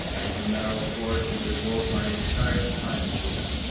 i can now afford to devote my entire time to it,